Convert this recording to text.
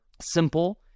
simple